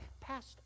passed